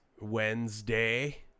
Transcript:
Wednesday